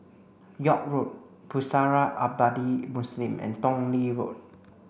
York Road Pusara Abadi Muslim and Tong Lee Road